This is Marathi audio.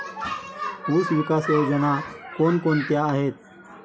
ऊसविकास योजना कोण कोणत्या आहेत?